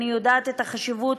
אני יודעת את החשיבות